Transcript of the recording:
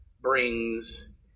brings